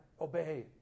obey